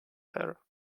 her